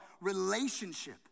relationship